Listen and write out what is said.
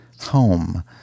home